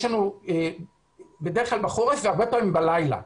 לנו בדרך כלל בחורף והרבה פעמים בלילה,